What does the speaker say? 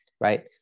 Right